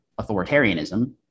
authoritarianism